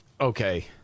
Okay